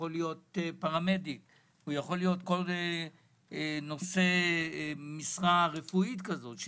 פרמדיק או כל נושא משרה רפואית כזאת,